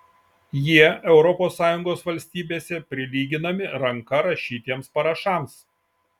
jie europos sąjungos valstybėse prilyginami ranka rašytiems parašams